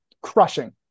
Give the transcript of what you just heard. crushing